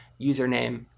username